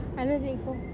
I don't think so